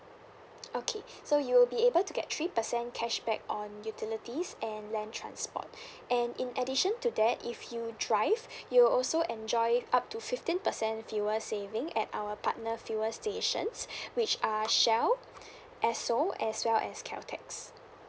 okay so you will be able to get three percent cashback on utilities and land transport and in addition to that if you drive you will also enjoy up to fifteen percent fuel saving at our partner fuel stations which are shell Esso as well as Caltex